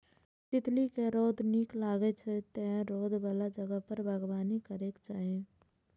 तितली कें रौद नीक लागै छै, तें रौद बला जगह पर बागबानी करैके चाही